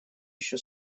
еще